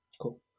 Cool